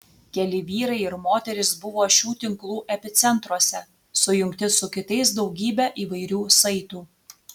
keli vyrai ir moterys buvo šių tinklų epicentruose sujungti su kitais daugybe įvairių saitų